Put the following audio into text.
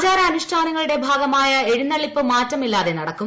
ആചാരാനുഷ്ഠാനങ്ങളുടെ ഭാഗമായ എഴുന്നെള്ളിപ്പ് മാറ്റമില്ലാതെ നടക്കും